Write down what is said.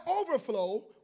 overflow